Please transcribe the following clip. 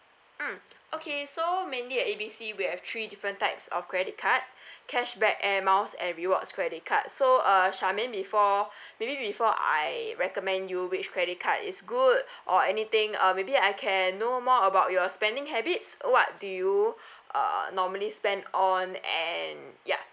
mm okay so mainly at A B C we have three different types of credit card cashback air miles and rewards credit card so uh charmaine before maybe before I recommend you which credit card is good or anything uh maybe I can know more about your spending habits what do you uh normally spend on and ya